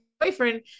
Boyfriend